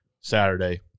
saturday